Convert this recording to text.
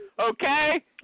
Okay